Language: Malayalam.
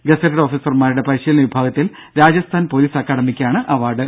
ഗസറ്റഡ് ഓഫീസർമാരുടെ പരിശീലന വിഭാഗത്തിൽ രാജസ്ഥാൻ പൊലീസ് അക്കാഡമിക്കാണ് അവാർഡ്